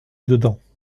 dedans